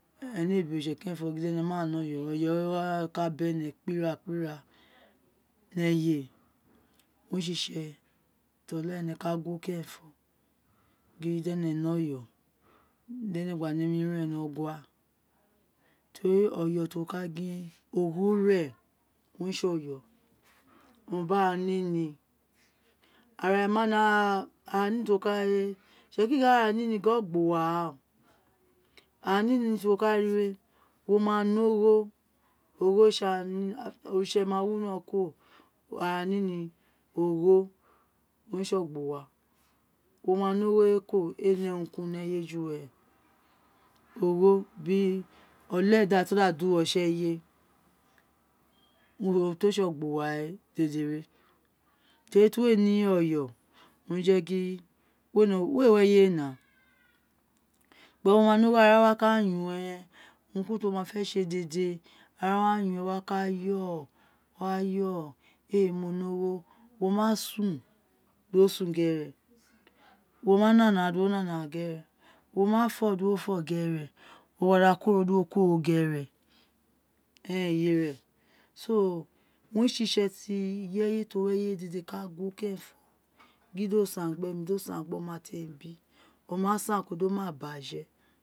Ene ee bi oritse kerenfo di ene dna ne oyo to rri oyo owa ka bi ene kpi ira kpi ira ni eye owun re tsi itse ti ola ene ka kuwo kerenfo gin di ene ni oyo di ene nem ren ni ogua tori oyo tro wo ka gin we ogho ren owun re tsi oyo owun bi ara niniarare ma ni are nini itsekiri gin ogbuwa ren ars nim truwo ka ri we woma ni ogho ogho owin retsi ara ni ni otitse ma wino kuro ara nini ogho owun re tsi ogbura wo ma ni ogho we kuro ee re urun ku urun ju were ogho bi oleda ti o dh uwo tsi eye we urun dede ti o tsi ogbuwa we re teri ira ti uwu ee ni oyo owun re je gin we wi eyene wo ma da ni ogho ara wa ka yonwe uiun ku urun ti uwo ma fe tsi ee dede ara wa yon we wo wa kayo wayao ee mo ni ogho woma sun di wo sun gere wo mana na ara do uwo na ara gere wo ma fo di wo fo gere wo ma da kulworo woku wori gene eren eye ren owin re si itse inye ti o wi eyene dede ka gu wo kerenfo gin do san gbemi di o sen gbi oma temi bi o ma san kuro do ma baje